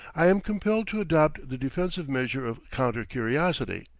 i am compelled to adopt the defensive measure of counter curiosity.